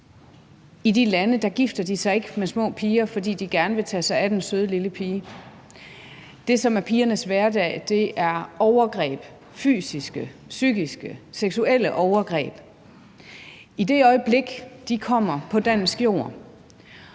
I de lande gifter de sig ikke med små piger, fordi de gerne vil tage sig af den søde, lille pige. Det, som er pigernes hverdag, er overgreb – fysiske, psykiske, seksuelle overgreb. I forhold til det øjeblik de kommer på dansk jord